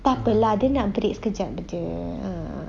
takpe lah dia nak break sekejap saje ah